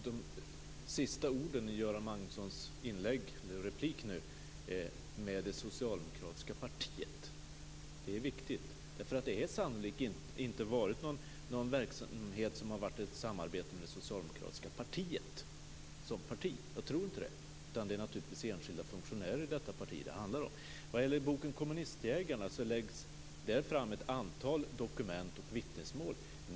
Fru talman! De sista orden i Göran Magnussons replik är viktiga. Han talade om det socialdemokratiska partiet. Det har sannolikt inte drivits någon verksamhet i samarbete med det socialdemokratiska partiet. Jag tror inte det. Det är naturligtvis enskilda funktionärer i detta parti det handlar om. Vad det gäller boken Kommunistjägarna kan jag säga att det där läggs fram ett antal dokument och vittnesmål.